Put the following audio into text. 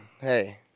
Hey